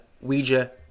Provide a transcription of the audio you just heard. Ouija